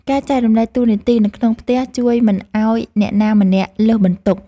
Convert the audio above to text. ការចែករំលែកតួនាទីនៅក្នុងផ្ទះជួយមិនឱ្យអ្នកណាម្នាក់លើសបន្ទុក។